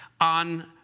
on